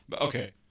Okay